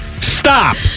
Stop